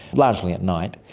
largely at night.